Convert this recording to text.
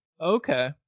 Okay